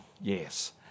yes